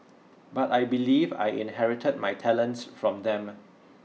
but I believe I inherited my talents from them